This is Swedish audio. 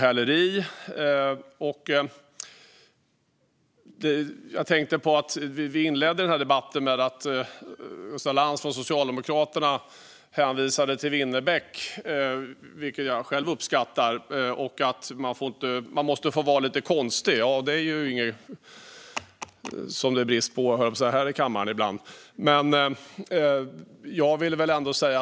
Tillträdesförbud till butik och förstärkt straffrättsligt skydd mot tillgrepps-brottslighet Vi inledde den här debatten med att Gustaf Lantz från Socialdemokraterna hänvisade till Winnerbäck, vilket jag själv uppskattar, och att man måste få vara lite konstig. Det är ju inget som det råder brist på här i kammaren ibland, höll jag på att säga.